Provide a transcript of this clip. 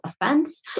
offense